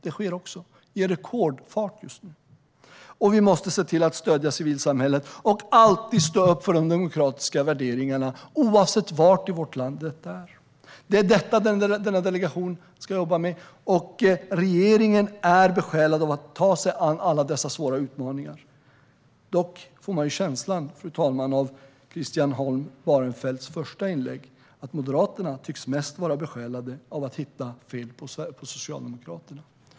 Det sker också, i rekordfart just nu. Vi måste också se till att stödja civilsamhället och alltid stå upp för de demokratiska värderingarna, oavsett var i vårt land detta är. Det är detta som delegationen ska jobba med. Regeringen är besjälad av att ta sig an alla dessa svåra utmaningar. Av Christian Holm Barenfelds första inlägg får man dock känslan av att Moderaterna mest tycks vara besjälade av att hitta fel på Socialdemokraterna.